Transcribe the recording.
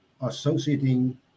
associating